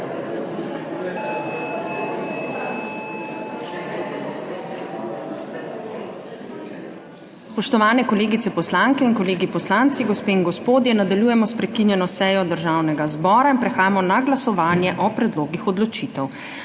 Spoštovane kolegice poslanke in kolegi poslanci, gospe in gospodje! Nadaljujemo s prekinjeno sejo Državnega zbora in prehajamo na glasovanje o predlogih odločitev.